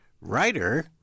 writer